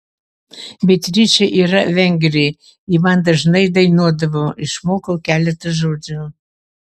beatričė yra vengrė ji man dažnai dainuodavo išmokau keletą žodžių